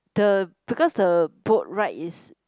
the because the boat ride is